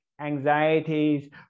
Anxieties